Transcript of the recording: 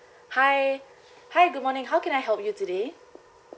hi hi good morning how can I help you today